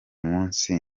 munsi